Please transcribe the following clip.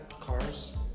cars